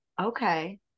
okay